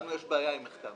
לנו יש בעיה עם מחקר.